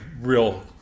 real